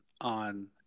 on